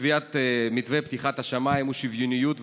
קביעת מתווה פתיחת השמיים הוא שוויוניות,